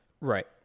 Right